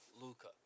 Luca